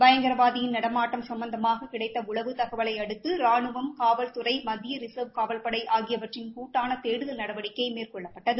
பயங்கரவாதியின் நடமாட்டம் சம்பந்தமாக கிடைத்த உளவு தகவலை அடுத்து ரானுவம் காவல்துறை மத்திய ரின்வ் ஊவல்படை ஆகியவற்றின் கூட்டான தேடுதல் நடவடிக்கை மேற்கொள்ளப்பட்டது